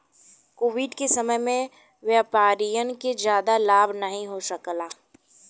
Covid के समय में व्यापारियन के जादा लाभ नाहीं हो सकाल